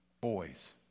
Boys